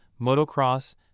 motocross